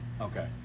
Okay